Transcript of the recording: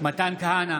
מתן כהנא,